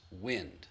wind